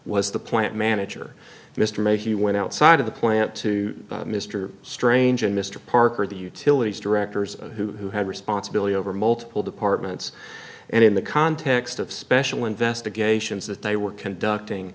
was the plant manager mr may he went outside of the plant to mr strange and mr parker the utilities directors who had responsibility over multiple departments and in the context of special investigations that they were conducting